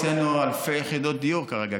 לחרדים הוצאנו אלפי יחידות דיור כרגע,